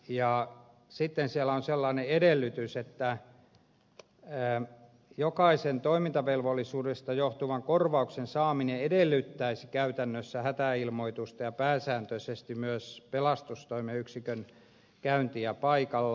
ja sitten siellä on sellainen edellytys että jokaisen toimintavelvollisuudesta johtuvan korvauksen saaminen edellyttäisi käytännössä hätäilmoitusta ja pääsääntöisesti myös pelastustoimen yksikön käyntiä paikalla